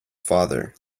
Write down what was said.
father